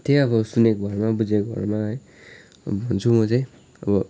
त्यही अब सुनेको भरमा बुझेको भरमा है भन्छु म चाहिँ अब